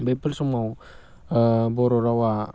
बेफोर समाव बर' रावआ